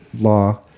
law